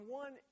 one